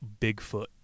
Bigfoot